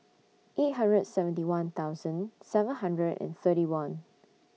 eight hundred and seventy one thousand seven hundred and thirty one